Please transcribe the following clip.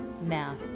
math